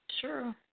Sure